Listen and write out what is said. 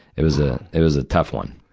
it was a, it was a tough one.